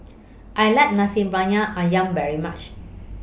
I like Nasi Briyani Ayam very much